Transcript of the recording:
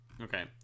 Okay